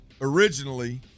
originally